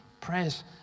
Prayer's